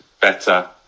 better